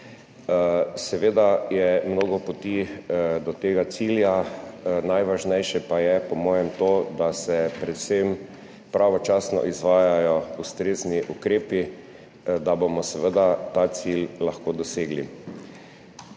Seveda je mnogo poti do tega cilja, najvažnejše pa je po mojem to, da se predvsem pravočasno izvajajo ustrezni ukrepi, da bomo ta cilj lahko dosegli.